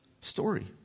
story